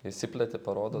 išsipleti parodo